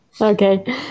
Okay